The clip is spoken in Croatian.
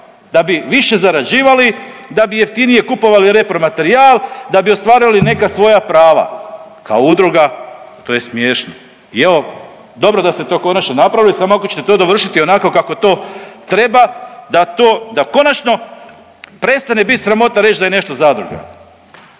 da bi više zarađivali, da bi jeftinije kupovali repromaterijal, da bi ostvarili neka svoja prava. Kao udruga to je smiješno. I evo dobro da ste to konačno napravili samo ako ćete to dovršiti onako kako to treba da to, da konačno prestane biti sramota reći da je nešto zadruga.